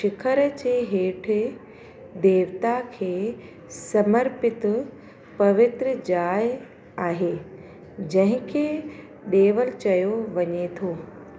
शिकर जे हेठि देवता खे समर्पित पवित्र जाए आहे जंहिंखे ॾेवल चयो वञे थो